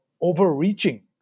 overreaching